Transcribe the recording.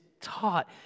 taught